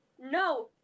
no